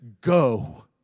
go